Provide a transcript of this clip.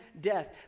death